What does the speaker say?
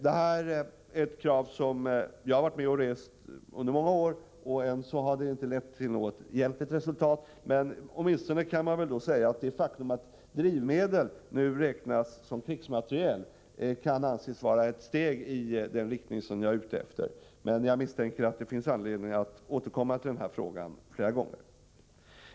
Detta krav har jag själv ställt under många år, men ännu har det inte lett till något egentligt resultat. Det faktum att drivmedel nu räknas som krigsmateriel kan dock anses vara ett steg i den riktning som jag är ute efter. Jag misstänker att det finns anledning att återkomma till den här frågan flera gånger.